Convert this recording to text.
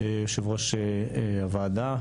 יושבת ראש הוועדה.